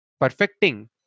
perfecting